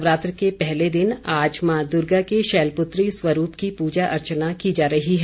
नवरात्र के पहले दिन आज मां दुर्गा के शैलपुत्री स्वरूप की पूजा अर्चना की जा रही है